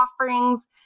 offerings